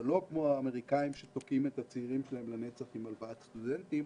אבל לא כמו האמריקאים שתוקעים לנצח את הצעירים שלהם עם הלוואת סטודנטים,